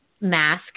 mask